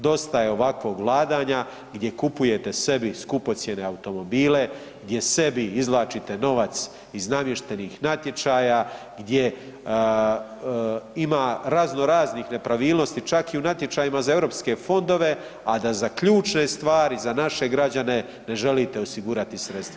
Dosta je ovakvog vladanja gdje kupujete sebi skupocjene automobile, gdje sebi izvlačite novac iz namještenih natječaja, gdje ima razno raznih nepravilnosti čak i u natječajima za europske fondove, a da za ključne stvari za naše građane ne želite osigurati sredstva.